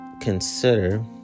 consider